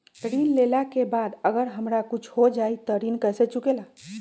ऋण लेला के बाद अगर हमरा कुछ हो जाइ त ऋण कैसे चुकेला?